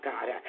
God